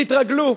תתרגלו.